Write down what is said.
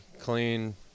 clean